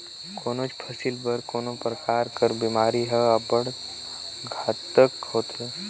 कोनोच फसिल बर कोनो परकार कर बेमारी हर अब्बड़ घातक होथे